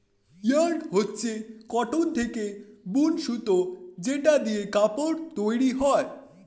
yarn হচ্ছে cotton থেকে বুন সুতো যেটা দিয়ে কাপড় তৈরী হয়